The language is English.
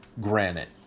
granite